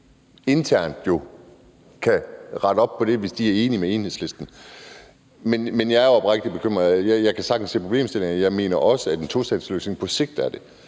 internt kan rette op på det, hvis de er enige med Enhedslisten. Men jeg er oprigtigt bekymret, og jeg kan sagtens se problemstillingen. Jeg mener også, at en tostatsløsning på sigt er en